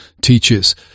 teaches